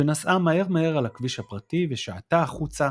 שנסעה מהר מהר על הכביש הפרטי ושעטה החוצה,